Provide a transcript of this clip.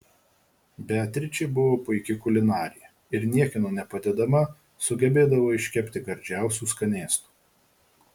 beatričė buvo puiki kulinarė ir niekieno nepadedama sugebėdavo iškepti gardžiausių skanėstų